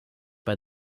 bei